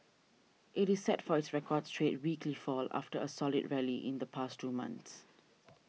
it is set for its record straight weekly fall after a solid rally in the past two months